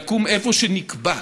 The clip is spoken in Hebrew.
יקום איפה שנקבע.